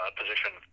position